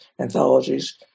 anthologies